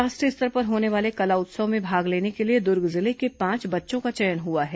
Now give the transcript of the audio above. राष्ट्रीय स्तर पर होने वाले कला उत्सव में भाग लेने के लिए दुर्ग जिले के पांच बच्चों का चयन हुआ है